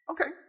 Okay